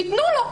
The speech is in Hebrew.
תתנו לו.